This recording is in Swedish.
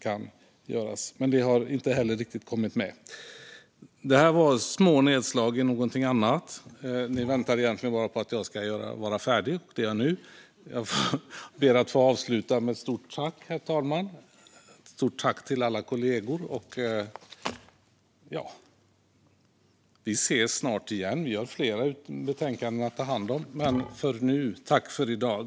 Inte heller detta har dock kommit med. Detta var små nedslag i någonting annat. Ni väntar egentligen bara på att jag ska vara färdig, och det är jag nu. Jag ber att få avsluta, herr talman, med ett stort tack till alla kollegor. Vi ses snart igen - vi har fler betänkanden att ta hand om - men nu vill jag tacka för i dag.